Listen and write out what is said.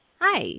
Hi